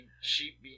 Sheep